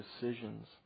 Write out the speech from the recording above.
decisions